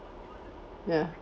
ya